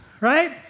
right